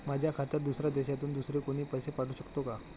माझ्या खात्यात दुसऱ्या देशातून दुसरे कोणी पैसे पाठवू शकतो का?